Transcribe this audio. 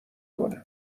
کنه